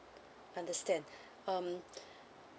understand um